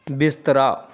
ਬਿਸਤਰਾ